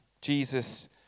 Jesus